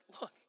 look